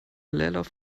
leerlauf